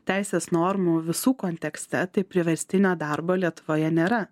teisės normų visų kontekste tai priverstinio darbo lietuvoje nėra